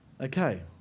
Okay